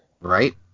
Right